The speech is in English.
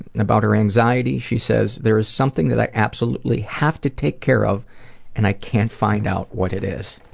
and about her anxiety she says, there is something that i absolutely have to take care of and i can't find out what it is.